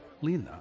Lena